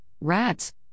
rats